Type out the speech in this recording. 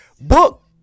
book